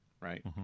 right